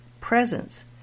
presence